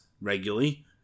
regularly